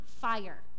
fire